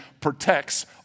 protects